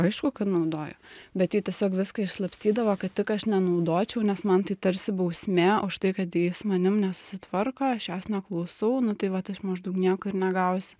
aišku kad naudojo bet ji tiesiog viską išslapstydavo kad tik aš nenaudočiau nes man tai tarsi bausmė už tai kad ji su manim nesusitvarko aš jos neklausau nu tai vat aš maždaug nieko ir negausiu